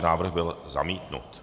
Návrh byl zamítnut.